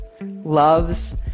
loves